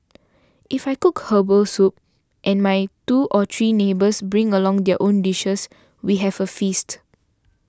if I cook Herbal Soup and my two or three neighbours bring along their own dishes we have a feast